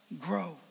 grow